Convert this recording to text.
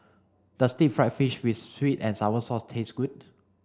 does deep fried fish with sweet and sour sauce taste good